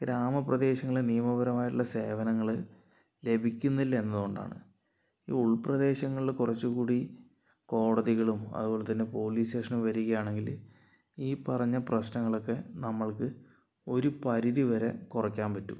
ഗ്രാമ പ്രദേശങ്ങളില് നിയമപരമായിട്ടുള്ള സേവനങ്ങള് ലഭിക്കുന്നില്ല എന്നതുകൊണ്ടാണ് ഈ ഉൾപ്രദേശങ്ങളില് കുറച്ചുകൂടി കോടതികളും അതുപോലെ തന്നെ പോലീസ് സ്റ്റേഷനും വരികയാണെങ്കില് ഈ പറഞ്ഞ പ്രശ്നങ്ങളക്കെ നമ്മൾക്ക് ഒരു പരിധി വരെ കുറയ്ക്കാൻ പറ്റും